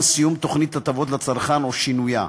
סיום תוכנית הטבות לצרכן או שינויה.